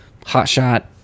hotshot